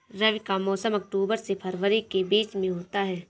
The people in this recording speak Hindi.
रबी का मौसम अक्टूबर से फरवरी के बीच में होता है